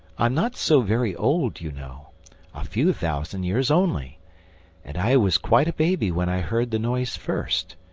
i'm not so very old, you know a few thousand years only and i was quite a baby when i heard the noise first,